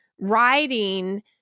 writing